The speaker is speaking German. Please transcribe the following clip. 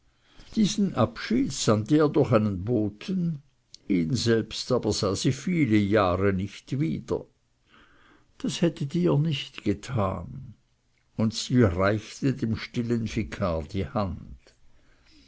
diesen abschied sandte er durch einen boten ihn selbst aber sah sie viele jahre nicht wieder das hättet ihr nicht getan und sie reichte dem stillen vikar die hand